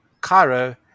Cairo